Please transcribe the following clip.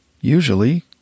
Usually